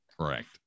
Correct